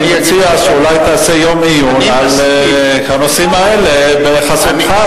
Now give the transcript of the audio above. אני מציע שאולי תעשה יום עיון על הנושאים האלה בחסותך,